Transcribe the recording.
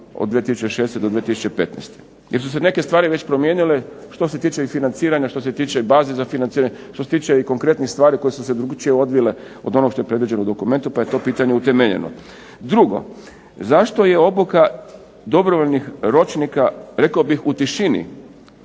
od 2006. do 2015.? Jesu se neke stvari već promijenile što se tiče i financiranja, što se tiče baze za financiranje, što se tiče i konkretnih stvari koje su se drukčije odvile od onog što je predviđeno u dokumentu, pa je to pitanje utemeljeno? Drugo, zašto je obuka dobrovoljnih ročnika, rekao bih u tišini,